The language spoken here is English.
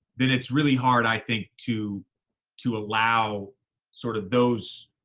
then it's really hard, i think, to to allow sort of those,